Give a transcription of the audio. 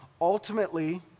ultimately